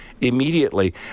immediately